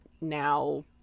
now